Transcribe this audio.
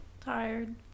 Tired